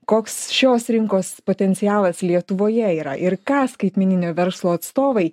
koks šios rinkos potencialas lietuvoje yra ir ką skaitmeninio verslo atstovai